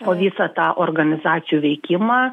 o visą tą organizacijų veikimą